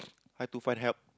how to find help